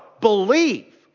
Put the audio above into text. believe